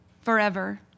forever